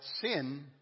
sin